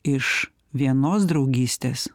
iš vienos draugystės